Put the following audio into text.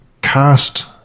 cast